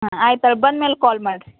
ಹಾಂ ಆಯ್ತು ಅಲ್ಲಿ ಬಂದ ಮೇಲೆ ಕಾಲ್ ಮಾಡಿರಿ